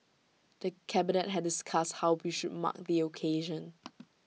the cabinet had discussed how we should mark the occasion